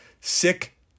Sick